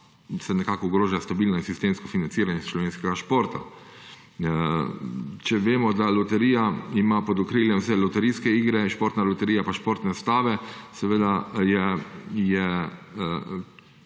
da se ogroža stabilno in sistemsko financiranje slovenskega športa. Če vemo, da ima Loterija pod okriljem vse loterijske igre, Športna loterija pa športne stave, je